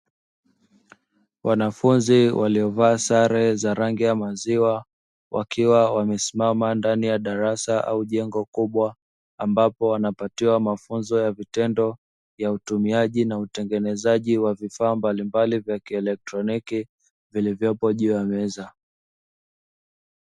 Wanafunzi waliovaa sare ya rangi ya maziwa, wakiwa wamesimama ndani ya darasa au jengo kubwa ambapo wanapatiwa mafunzo ya vitendo ya utumiaji na utengenezaji wa vifaa mbalimbali vya kielektroniki vilivyopo juu ya meza.